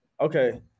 Okay